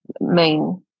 main